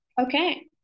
Okay